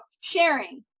sharing